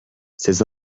ces